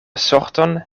sorton